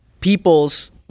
people's